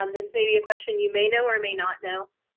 um this may be a question you may know or may not know.